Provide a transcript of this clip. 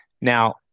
now